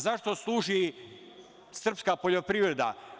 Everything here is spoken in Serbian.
Za šta služi srpska poljoprivreda?